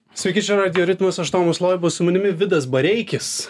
sveiki čia radijo ritmas aš tomas loiba su manimi vidas bareikis